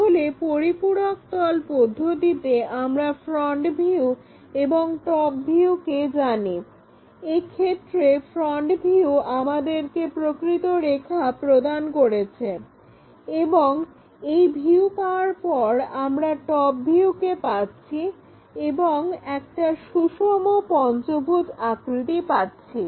তাহলে পরিপূরক তল পদ্ধতিতে আমরা ফ্রন্ট ভিউ এবং টপ ভিউকে জানি এক্ষেত্রে ফ্রন্ট ভিউ আমাদেরকে প্রকৃত রেখা প্রদান করছেন এবং এই ভিউ পাওয়ার পর আমরা টপ ভিউকে পাচ্ছি এবং আমরা সুষম পঞ্চভুজ আকৃতি পাচ্ছি